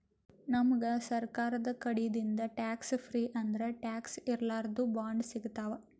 ನಮ್ಗ್ ಸರ್ಕಾರ್ ಕಡಿದಿಂದ್ ಟ್ಯಾಕ್ಸ್ ಫ್ರೀ ಅಂದ್ರ ಟ್ಯಾಕ್ಸ್ ಇರ್ಲಾರ್ದು ಬಾಂಡ್ ಸಿಗ್ತಾವ್